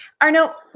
Arno